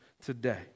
today